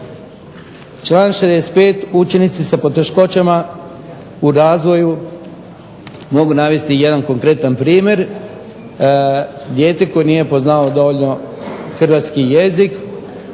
Članak 65., učenici sa poteškoćama u razvoju. Mogu navesti jedan konkretan primjer. Dijete koje nije poznavalo dovoljno hrvatski jezik